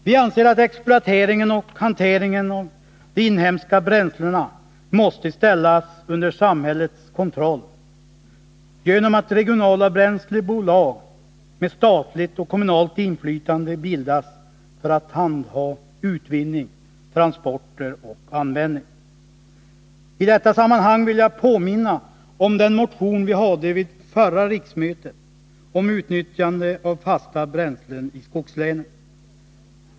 Vi menar att exploateringen och hanteringen av de inhemska bränslena måste ställas under samhällets kontroll genom att regionala bränslebolag med statligt och kommunalt inflytande bildas för att handha utvinning, transporter och användning. I detta sammanhang vill jag påminna om den motion om utnyttjande av fasta bränslen i skogslänen som vi väckte vid förra riksmötet.